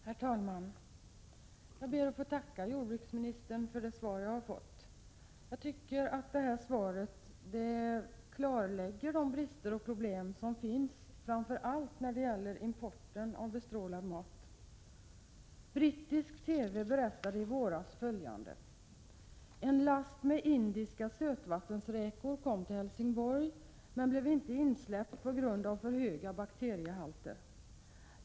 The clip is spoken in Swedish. Herr talman! Jag ber att få tacka jordbruksministern för det svar som jag har fått. Jag tycker att svaret klarlägger de brister och problem som finns framför allt när det gäller import av bestrålad mat. Brittisk TV berättade i våras följande: En last med indiska sötvattensräkor kom till Helsingborg men blev inte insläppt på grund av för höga bakteriehalter.